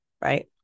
right